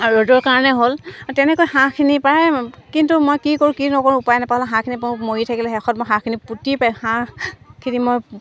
ৰ'দৰ কাৰণে হ'ল তেনেকৈ হাঁহখিনি প্ৰায় কিন্তু মই কি কৰোঁ কি নকৰোঁ উপায় নোপোৱা হ'লোঁ হাঁহখিনি মোৰ মৰি থাকিলে শেষত মই হাঁহখিনি পুতি পাই হাঁহখিনি মই